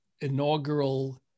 inaugural